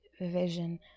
vision